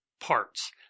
Parts